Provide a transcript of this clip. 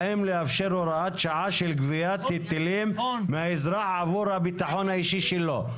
האם לאפשר הוראת שעה של גביית היטלים מהאזרח עבור הביטחון האישי שלו.